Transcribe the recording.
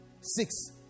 Six